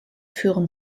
führen